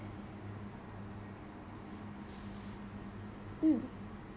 mm